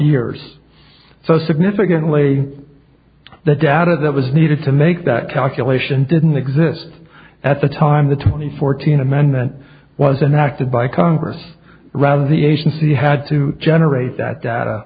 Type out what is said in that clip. years so significantly the data that was needed to make that calculation didn't exist at the time the twenty fourteen amendment was enacted by congress rather the agency had to generate that data